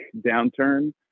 downturn